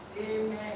Amen